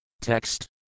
Text